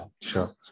Sure